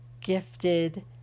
gifted